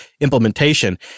implementation